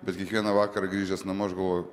bet kiekvieną vakarą grįžęs namo aš galvoju